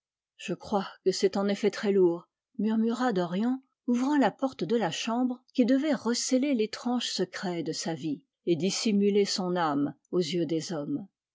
je crois que c'est en effet très lourd murmura dorian ouvrant la porte de la chambre qui devait recéler l'étrange secret de sa vie et dissimuler son âme aux yeux des hommes